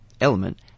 element